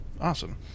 Awesome